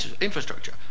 infrastructure